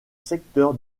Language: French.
secteur